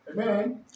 Amen